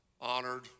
honored